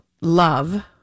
love